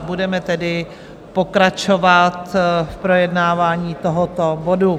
Budeme tedy pokračovat v projednávání tohoto bodu.